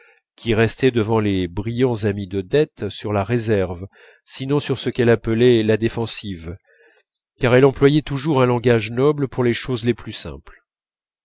qui restait devant les brillants amis d'odette sur la réserve sinon sur ce qu'elle appelait la défensive car elle employait toujours un langage noble pour les choses les plus simples